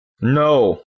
No